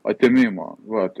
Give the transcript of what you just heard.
atėmimo vat